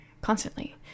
constantly